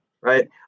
right